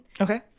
okay